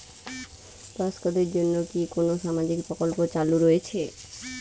বয়স্কদের জন্য কি কোন সামাজিক প্রকল্প চালু রয়েছে?